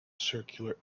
circular